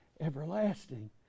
everlasting